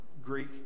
Greek